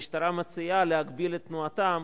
המשטרה מציעה להגביל את תנועתם